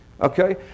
Okay